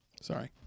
Sorry